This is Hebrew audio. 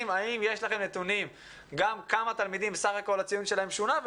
כמה תלמידים בסך הכול הציון שלהם שונה,